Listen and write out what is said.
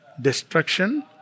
destruction